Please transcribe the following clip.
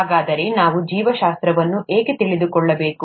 ಹಾಗಾದರೆ ನಾವು ಜೀವಶಾಸ್ತ್ರವನ್ನು ಏಕೆ ತಿಳಿದುಕೊಳ್ಳಬೇಕು